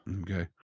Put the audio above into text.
Okay